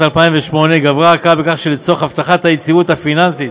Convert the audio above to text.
2008 גברה ההכרה בכך שלצורך הבטחת היציבות הפיננסית